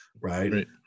right